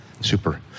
Super